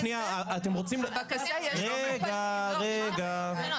רגע, רגע.